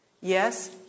Yes